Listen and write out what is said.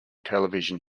television